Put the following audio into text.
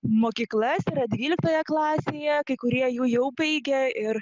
mokyklas yra dvyliktoje klasėje kai kurie jų jau baigė ir